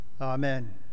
Amen